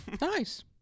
Nice